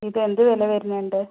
ഇത് എന്ത് വില വരുന്നതുണ്ട്